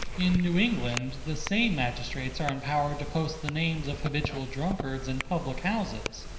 in new england the same magistrates are empowered to post the names of habitual drunkards in public-houses,